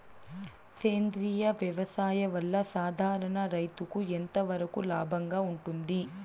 సేంద్రియ వ్యవసాయం వల్ల, సాధారణ రైతుకు ఎంతవరకు లాభంగా ఉంటుంది?